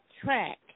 track